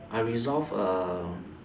I resolve um